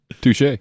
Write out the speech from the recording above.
Touche